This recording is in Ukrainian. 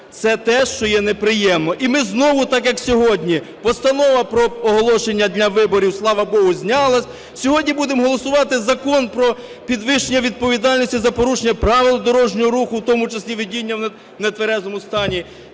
це те, що є не приємно. І ми знову так як сьогодні, Постанова про оголошення дня виборів Слава Богу знялась, сьогодні будемо голосувати Закон про підвищення відповідальності за порушення правил дорожнього руху, в тому числі водіння в нетверезому стані.